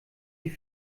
die